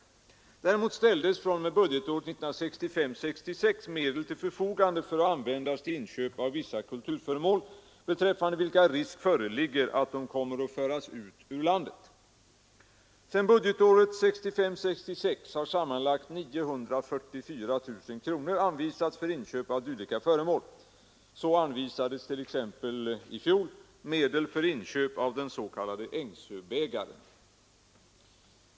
Däremot ställdes fr.o.m. budgetåret 1965 74:VIII B 46). Sedan budgetåret 1965/66 har sammanlagt 944 000 kronor anvisats för inköp av dylika föremål. Så anvisades t.ex. år 1973 medel för inköp av den s.k. Ängsöbägaren.